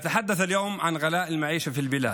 להלן תרגומם: אני מדבר היום על יוקר המחיה בארץ.